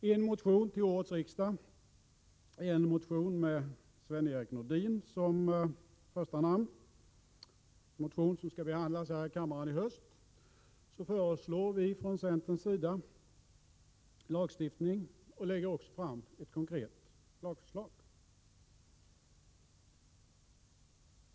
I en motion till årets riksdag — den har Sven-Erik Nordin som första namn och skall behandlas här i kammaren i höst — föreslår centern lagstiftning och lägger också fram ett konkret lagförslag.